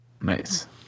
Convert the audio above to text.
Nice